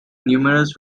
numerous